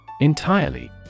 Entirely